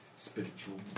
Spiritual